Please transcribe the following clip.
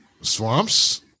swamps